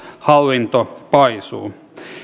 hallinto paisuu